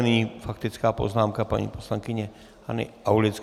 Nyní faktická poznámka paní poslankyně Hany Aulické.